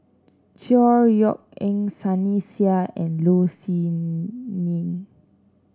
Chor Yeok Eng Sunny Sia and Low Siew Nghee